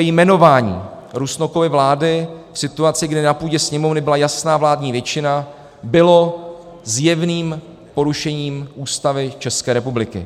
Jmenování Rusnokovy vlády v situaci, kdy na půdě Sněmovny byla jasná vládní většina, bylo zjevným porušením Ústavy České republiky.